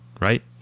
right